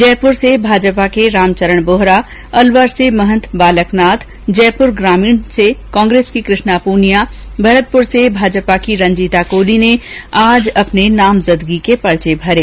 जयपुर से भाजपा के रामचरण बोहरा अलवर से महंत बालक नाथ जयपुर ग्रामीण से कांग्रेस की कृष्णा पूनिया भरतपुर से भाजपा की रंजीता कोली ने आज अपने नामांकन भरे